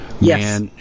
Yes